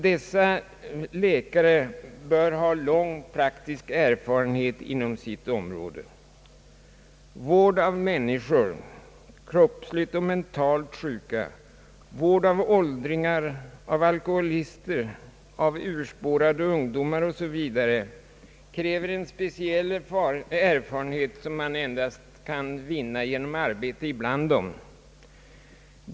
Dessa läkare bör ha lång praktisk erfarenhet inom sitt område. Vård av människor, kroppsligt och mentalt sjuka, vård av åldringar, av alkoholister, av urspårade ungdomar m.fl. kräver en speciell erfarenhet som man endast kan vinna genom att arbeta bland dem.